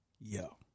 Yo